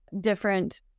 different